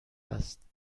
است